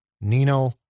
Nino